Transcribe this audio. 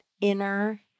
inner